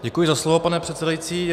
Děkuji za slovo, pane předsedající.